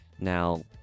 Now